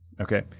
Okay